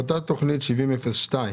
באותה תכנית 70-02,